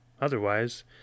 Otherwise